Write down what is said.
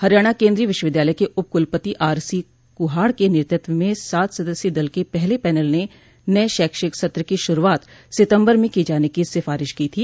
हरियाणा केन्द्रीय विश्वविद्यालय के उप कुलपति आर सी कुहाड के नेतृत्व में सात सदस्यीय दल के पहले पैनल ने नये शैक्षिक सत्र की शुरूआत सितम्बर में किये जाने की सिफारिश की थी